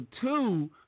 two